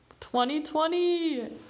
2020